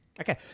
Okay